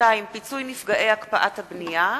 ופיצוי נפגעי הקפאת הבנייה,